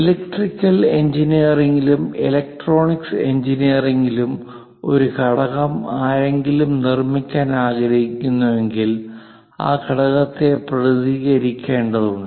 electrical engineering ഇലും electronics engineering ഇലും ഒരു ഘടകം ആരെങ്കിലും നിർമ്മിക്കാൻ ആഗ്രഹിക്കുന്നുവെങ്കിൽ ആ ഘടകത്തെ പ്രതിനിധീകരിക്കേണ്ടതുണ്ട്